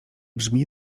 brzmi